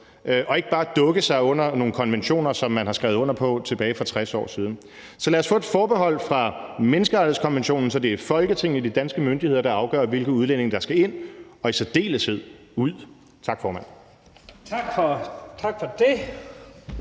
og ikke bare dukke sig under nogle konventioner, som man har skrevet under på tilbage for 60 år siden. Så lad os få et forbehold for menneskerettighedskonventionen, så det er Folketinget og de danske myndigheder, der afgør, hvilke udlændinge der skal ind og i særdeleshed ud. Tak, formand.